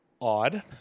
odd